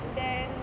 then